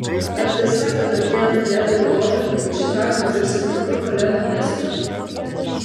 ar tiesa kad artėjant kalėdų laikotarpiui čikaga virsta tikru kalėdų miestu